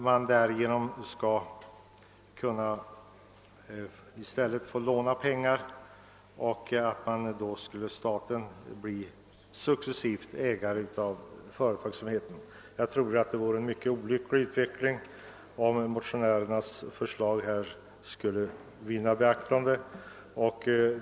I stället skulle man kunna få återlåna pengarna, och staten skulle ju därigenom successivt bli ägare av företagen. Jag tror att det vore en olycklig utveckling om motionärernas förslag skulle vinna beaktande.